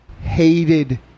hated